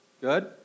Good